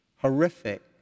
horrific